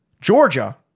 georgia